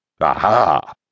Aha